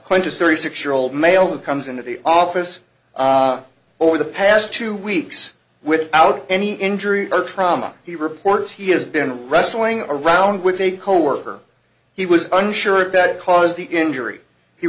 quintus thirty six year old male who comes into the office over the past two weeks without any injury or trauma he reports he has been wrestling around with a coworker he was unsure of that caused the injury he